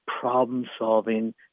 problem-solving